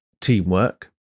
teamwork